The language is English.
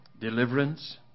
deliverance